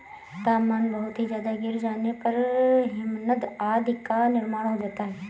तापमान बहुत ही ज्यादा गिर जाने पर हिमनद आदि का निर्माण हो जाता है